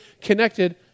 connected